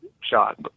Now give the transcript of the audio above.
shot